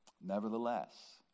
Nevertheless